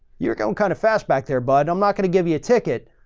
you're going kind of fast back there bud. i'm not going to give you a ticket.